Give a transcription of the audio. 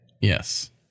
Yes